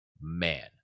man